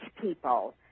people